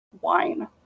wine